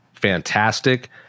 fantastic